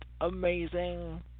amazing